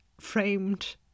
framed